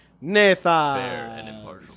Nathan